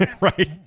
right